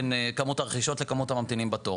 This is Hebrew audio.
בין כמות הרכישות לכמות הממתינים בתור